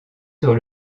sur